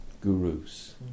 gurus